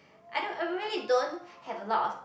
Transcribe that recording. I don't I probably don't have a lot of